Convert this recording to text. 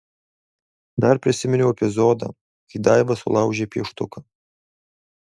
dar prisiminiau epizodą kai daiva sulaužė pieštuką